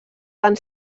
van